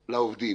לעובדים.